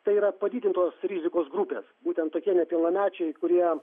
tai yra padidintos rizikos grupės būtent tokie nepilnamečiai kurie